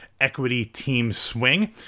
EquityTeamSwing